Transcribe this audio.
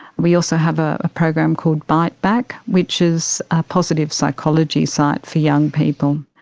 we also have ah a program called bite back, which is a positive psychology site for young people.